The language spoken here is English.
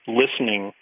listening